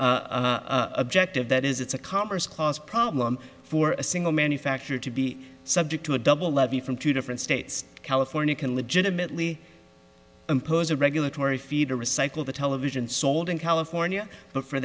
same objective that is it's a commerce clause problem for a single manufacturer to be subject to a double levy from two different states california can legitimately impose a regulatory fee to recycle the television sold in california but for